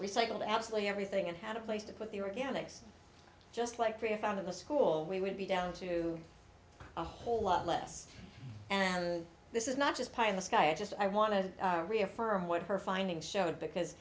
recycled absolutely everything and had a place to put the organics just like korea found in the school we would be down to a whole lot less and this is not just pie in the sky i just i want to reaffirm what her findings showed because